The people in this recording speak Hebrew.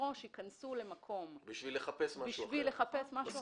שמראש ייכנסו למקום כדי לחפש משהו אחר.